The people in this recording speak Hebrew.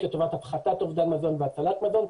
לטובת הפחתת אובדן מזון והצלת מזון.